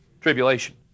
Tribulation